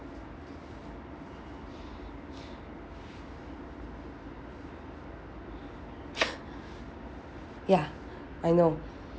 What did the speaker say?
ya I know